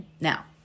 Now